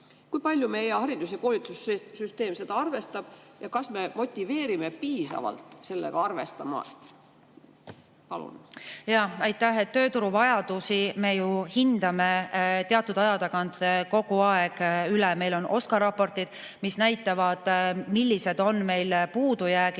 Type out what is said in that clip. Kui palju meie haridus- ja koolitussüsteem seda arvestab? Ja kas me motiveerime piisavalt sellega arvestama? Aitäh! Tööturu vajadusi me ju hindame teatud aja tagant kogu aeg. Meil on OSKA raportid, mis näitavad, millised on meil puudujäägid